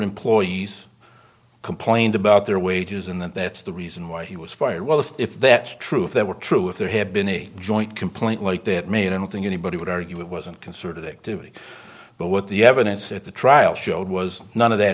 employees complained about their wages and that's the reason why he was fired well if that's true if that were true if there had been a joint complaint like that made i don't think anybody would argue it wasn't consort addictively but what the evidence at the trial showed was none of that